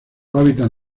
hábitat